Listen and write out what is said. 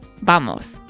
¡Vamos